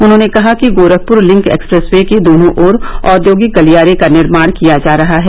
उन्होंने कहा कि गोरखपुर लिंक एक्सप्रेस वे के दोनों और औद्योगिक गलियारे का निर्माण किया जा रहा है